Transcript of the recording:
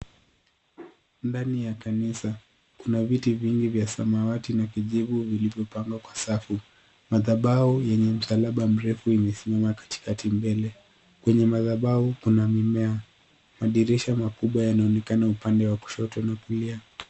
Ndani ya kanisa kuna viti vingi vya samawati na kijivu vilivyopangwa kwa safu. Madhabahu yenye msalaba mrefu imesimama katikati mbele. Kwenye madhabahu kuna mimea. Madirisha makubwa yanaonekana upande wa kushoto na kulia.